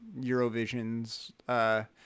Eurovisions